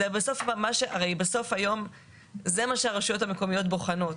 הרי בסוף היום זה מה שהרשויות המקומיות בוחנות,